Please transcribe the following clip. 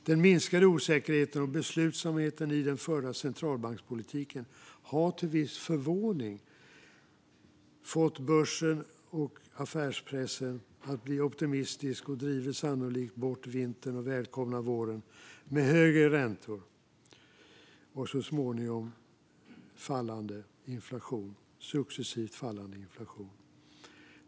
Den minskade osäkerheten om beslutsamheten i den förda centralbankspolitiken har till viss förvåning fått börsen och affärspressen att bli optimistiska och driver sannolikt bort vintern och välkomnar våren med högre räntor och så småningom successivt fallande inflation.